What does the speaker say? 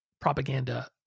propaganda